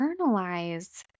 internalize